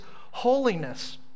holiness